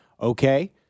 Okay